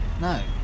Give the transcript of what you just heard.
No